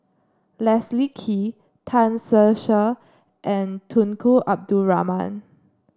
Leslie Kee Tan Ser Cher and Tunku Abdul Rahman